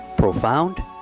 Profound